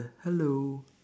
hello